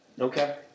okay